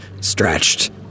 stretched